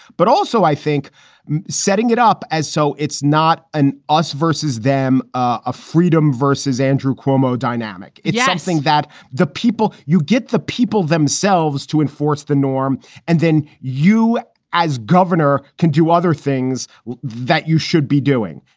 but also i think setting it up as so it's not an us versus them, a freedom versus andrew cuomo dynamic. yeah it's something that the people you get the people themselves to enforce the norm and then you as governor can do other things that you should be doing.